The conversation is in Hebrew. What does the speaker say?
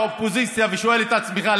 אה, אופניים חשמליים זה טוב.